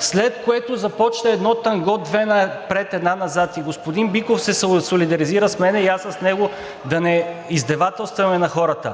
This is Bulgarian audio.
след което започна едно танго – две напред, една назад. И господин Биков се солидаризира с мен, и аз с него – да не издевателстваме над хората.